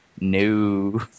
no